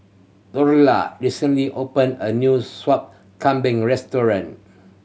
Dorla recently opened a new Sup Kambing restaurant